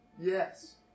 yes